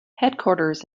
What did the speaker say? headquarters